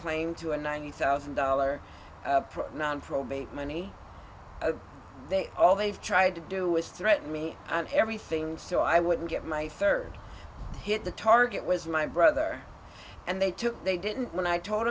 claim to a ninety thousand dollars for non probate money they all they've tried to do is threaten me and everything so i wouldn't get my third hit the target was my brother and they took they didn't when i told